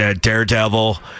Daredevil